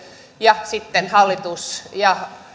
ja sitten hallitus ja